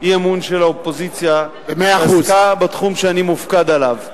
אי-אמון של האופוזיציה שעסקה בתחום שאני מופקד עליו.